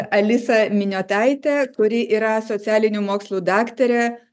alisą miniotaitę kuri yra socialinių mokslų daktarė